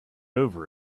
over